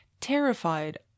terrified